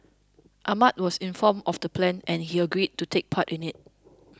Ahmad was informed of the plan and he agreed to take part in it